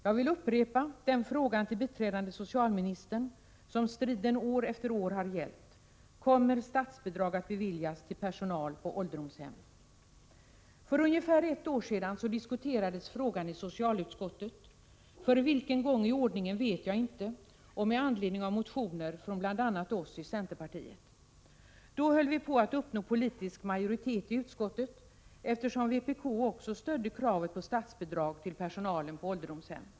Jag vill upprepa den fråga till biträdande socialministern som striden år efter år har gällt: Kommer statsbidrag att beviljas till personal på ålderdomshem? För ungefär ett år sedan diskuterades frågan i socialutskottet — för vilken gång i ordningen vet jag inte — med anledning av motioner från bl.a. oss i centerpartiet. Då höll vi på att uppnå politisk majoritet i utskottet, eftersom vpk också stödde kravet på statsbidrag till personalen på ålderdomshem.